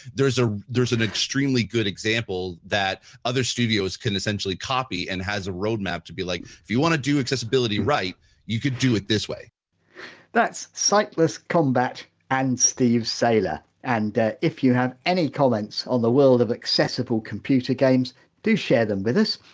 there's ah there's an extremely good example that other studios can essentially copy and has a roadmap to be like if you want to do accessibility right you can do it this way that's sightless kombat and steve saylor and if you have any comments on the world of accessible computer games do share them with us.